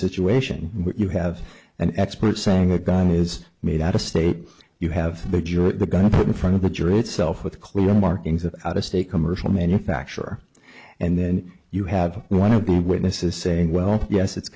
situation you have an expert saying a gun is made out of state you have but you're going to put in front of the jury itself with clear markings of out of state commercial manufacture and then you have one of the witnesses saying well yes it's